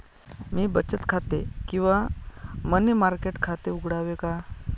मी बचत खाते किंवा मनी मार्केट खाते उघडावे का?